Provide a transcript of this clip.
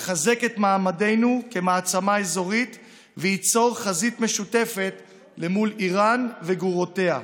יחזק את מעמדנו כמעצמה אזורית וייצור חזית משותפת מול איראן וגרורותיה.